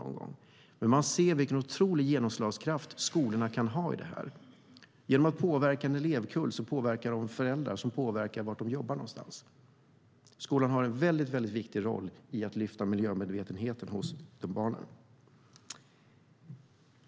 Vi ser vilken genomslagskraft skolan kan ha i detta. Skolan påverkar en elevkull som påverkar föräldrar som påverkar sina arbetsplatser. Skolan har en viktig roll för att lyfta miljömedvetenheten hos barn.